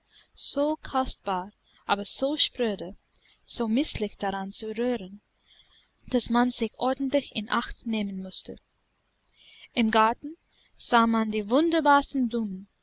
so kostbar aber so spröde so mißlich daran zu rühren daß man sich ordentlich in acht nehmen mußte im garten sah man die wunderbarsten blumen